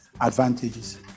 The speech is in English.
advantages